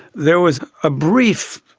there was a brief,